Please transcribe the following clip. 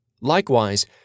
Likewise